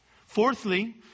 Fourthly